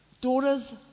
daughter's